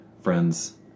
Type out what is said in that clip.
friends